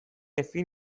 ezin